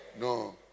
no